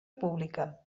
pública